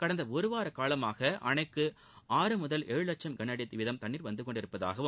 கடந்த ஒருவார காலமாக அனைக்கு ஆறு முதல் ஏழு வட்சம் கள அடி வீதம் தன்ணீர் வந்து கொண்டிருப்பதாகவும்